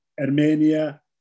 Armenia